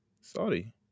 Saudi